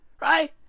right